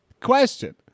Question